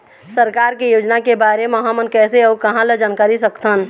सरकार के योजना के बारे म हमन कैसे अऊ कहां ल जानकारी सकथन?